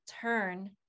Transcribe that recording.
turn